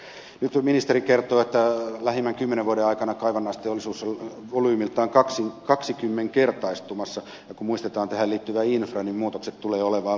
nyt ministeri kertoo että lähimmän kymmenen vuoden aikana kaivannaisteollisuus on volyymiltaan kaksikymmenkertaistumassa ja kun muistetaan tähän liittyvä infra niin muutokset tulevat olemaan valtaisat